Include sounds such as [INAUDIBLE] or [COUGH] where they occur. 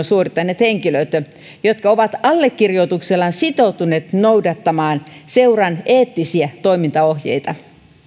[UNINTELLIGIBLE] suorittaneet henkilöt jotka ovat allekirjoituksellaan sitoutuneet noudattamaan seuran eettisiä toimintaohjeita